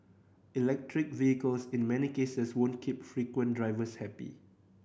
electric vehicles in many cases won't keep frequent drivers happy